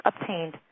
obtained